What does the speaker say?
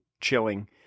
chilling